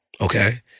Okay